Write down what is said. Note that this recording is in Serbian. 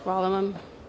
Hvala vam.